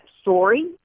story